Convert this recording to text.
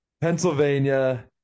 Pennsylvania